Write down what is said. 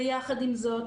ויחד עם זאת,